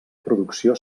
producció